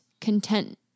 content